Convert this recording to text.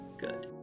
good